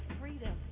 freedom